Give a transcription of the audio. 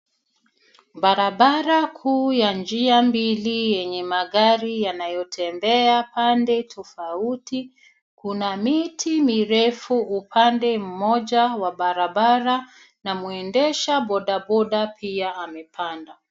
Barabara kuu ya njia mbili yenye magari yanayotembea pande tofauti. Kuna miti mirefu pande moja wa barabara na mwendeshaji bodaboda pia amepanda.